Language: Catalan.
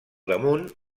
damunt